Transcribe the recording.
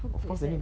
how good is that